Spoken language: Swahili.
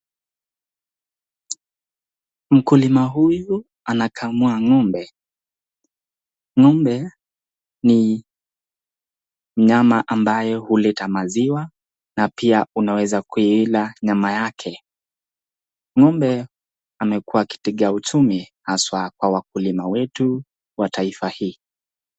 Mkulima huyu anakamua ng'ombe. Ng'ombe ni mnyama ambaye huleta maziwa na pia unaweza kuila nyama yake. Ng'ombe amekuwa kitega uchumi haswa kwa wakulima wetu wa taifa hii.